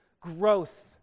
growth